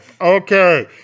Okay